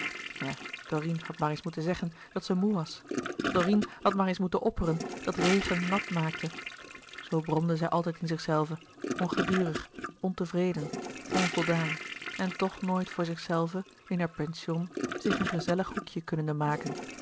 ja dorine had maar eens moeten louis couperus de boeken der kleine zielen zeggen dat ze moê was dorine had maar eens moeten opperen dat regen nat maakte zoo bromde zij altijd in zichzelve ongedurig ontevreden onvoldaan en toch nooit voor zichzelve in haar pension zich een gezellig hoekje kunnende maken